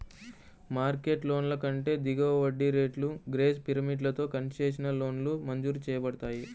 market లోన్ల కంటే దిగువ వడ్డీ రేట్లు, గ్రేస్ పీరియడ్లతో కన్సెషనల్ లోన్లు మంజూరు చేయబడతాయి